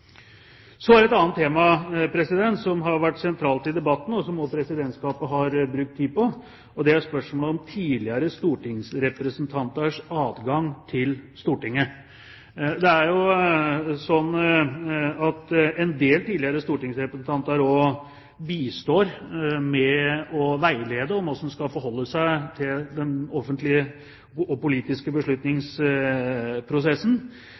et annet tema som har vært sentralt i debatten, og som Presidentskapet også har brukt tid på. Det er spørsmålet om tidligere stortingsrepresentanters adgang til Stortinget. Det er jo sånn at en del tidligere stortingsrepresentanter også bistår med å veilede om hvordan man skal forholde seg til den offentlige og politiske